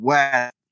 West